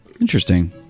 Interesting